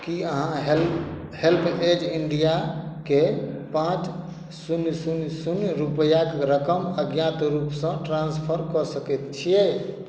की अहाँ help HelpAge इंडियाके पाँच शून्य शून्य शून्य रूपैआक रकम अज्ञात रूप सँ ट्रांस्फर कऽ सकैत छियै